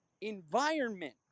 environment